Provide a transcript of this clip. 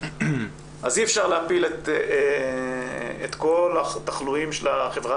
אז אי אפשר להפיל את כל התחלואים של החברה